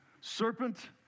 Serpent